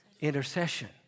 Intercession